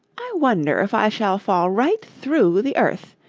i wonder if i shall fall right through the earth!